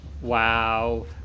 Wow